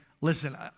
listen